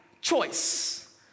choice